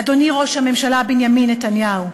אדוני ראש הממשלה בנימין נתניהו,